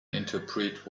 interpret